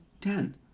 Ten